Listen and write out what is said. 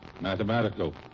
Mathematical